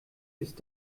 ist